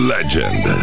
Legend